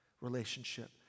relationship